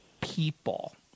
people